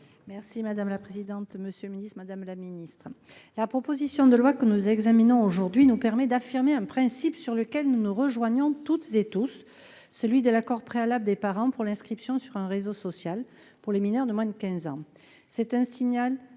Merci madame la présidente. Monsieur le Ministre, Madame la Ministre la proposition de loi que nous examinons aujourd'hui nous permet d'affirmer un principe sur lequel nous nous rejoignons toutes et tous, celui de l'accord préalable des parents pour l'inscription sur un réseau social pour les mineurs de moins de 15 ans. C'est un signal